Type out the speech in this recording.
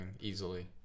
easily